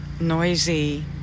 noisy